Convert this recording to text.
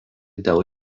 dėl